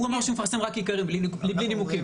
הוא אמר שהוא מפרסם רק עיקרים בלי נימוקים.